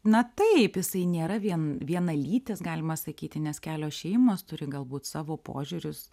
na taip jisai nėra vien vienalytis galima sakyti nes kelios šeimos turi galbūt savo požiūrius